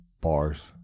Bars